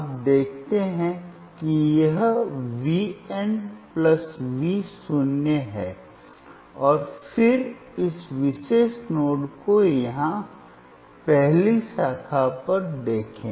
आप देखते हैं कि यह वी V n V शून्य है और फिर इस विशेष नोड को यहां पहली शाखा पर देखें